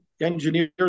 engineers